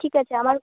ঠিক আছে আমার